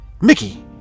mickey